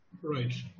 Right